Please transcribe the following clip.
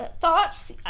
thoughts